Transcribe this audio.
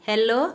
hello